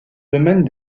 domaine